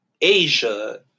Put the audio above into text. Asia